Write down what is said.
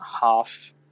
half